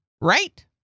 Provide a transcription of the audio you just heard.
Right